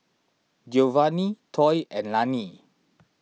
Geovanni Toy and Lannie